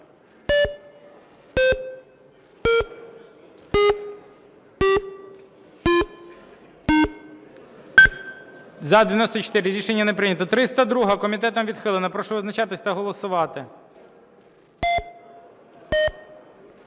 За-94 Рішення не прийнято. 302-а. Комітетом відхилена. Прошу визначатись та голосувати.